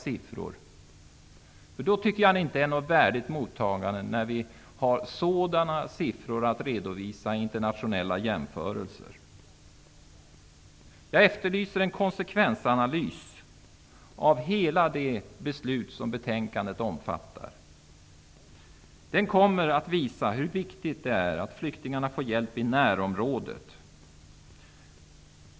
Det här är siffror som visar på allvaret i det hela. När vi har sådana siffror att redovisa vid internationella jämförelser tycker jag inte att vi har ett värdigt mottagande. Jag efterlyser en konsekvensanalys av hela det beslut som betänkandet omfattar. En sådan kommer att visa hur viktigt det är att flyktingarna får hjälp i sitt närområde.